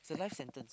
it's a loie sentence